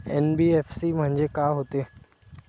NBFC म्हणजे का होते?